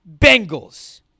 Bengals